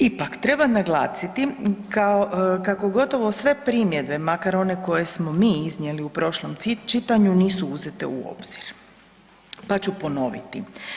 Ipak treba naglasiti kako gotovo sve primjedbe, makar one koje smo mi iznijeli u prošlom čitanju nisu uzete u obzir, pa ću ponoviti.